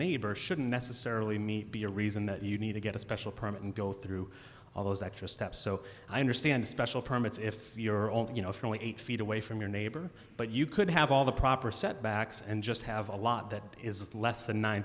neighbor shouldn't necessarily meet be a reason that you need to get a special permit and go through all those extra steps so i understand special permits if you're only you know fairly eight feet away from your neighbor but you could have all the proper setbacks and just have a lot that is less than